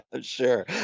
Sure